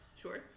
sure